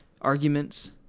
arguments